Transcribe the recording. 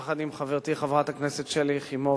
יחד עם חברתי חברת הכנסת שלי יחימוביץ